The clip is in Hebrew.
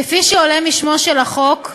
כפי שעולה משמו של החוק,